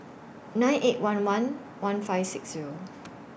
nine eight one one one five six Zero